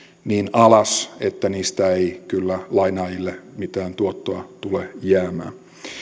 niin alas että niistä ei kyllä lainaajille mitään tuottoa tule jäämään